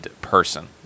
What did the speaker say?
person